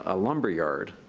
ah lumberyard.